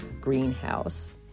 greenhouse